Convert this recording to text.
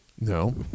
No